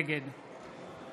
נגד